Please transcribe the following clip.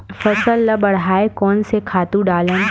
फसल ल बढ़ाय कोन से खातु डालन?